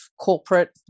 corporate